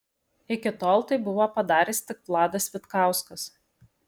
iki tol tai buvo padaręs tik vladas vitkauskas